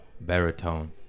baritone